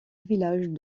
village